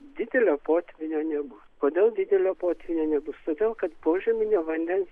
didelio potvynio nebus kodėl didelio potvynio nebus todėl kad požeminio vandens